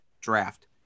draft